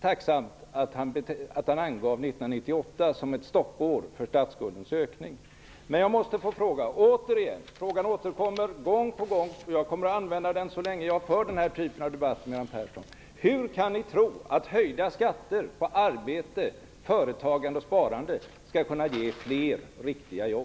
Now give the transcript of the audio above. tacksamt att han angav 1998 som ett stoppår för statsskuldens ökning. Men jag måste återigen få fråga - den frågan återkommer gång på gång, och jag kommer att ställa den så länge som jag för denna typ av debatter med Göran Persson - hur ni kan tro att höjda skatter på arbete, företagande och sparande skall kunna ge fler riktiga jobb.